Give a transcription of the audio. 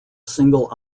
single